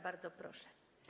Bardzo proszę.